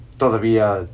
¿Todavía